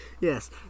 Yes